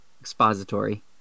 Expository